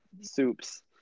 soups